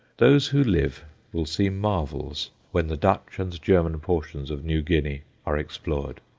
those who live will see marvels when the dutch and german portions of new guinea are explored.